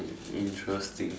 interesting